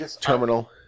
terminal